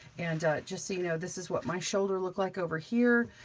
and just so you know, this is what my shoulder looked like over here.